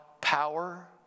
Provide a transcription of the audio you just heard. Power